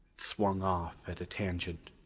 swung off at a tangent.